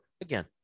again